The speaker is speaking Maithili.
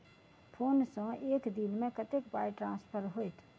फोन सँ एक दिनमे कतेक पाई ट्रान्सफर होइत?